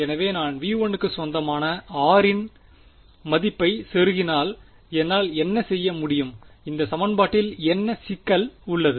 எனவே நான் V1 க்கு சொந்தமான r இன் மதிப்பை செருகினால் என்னால் என்ன செய்ய முடியும் இந்த சமன்பாட்டின் என்ன சிக்கல் உள்ளது